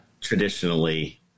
traditionally